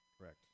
Correct